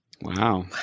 Wow